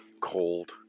cold